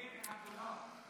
חתולים וחתולות,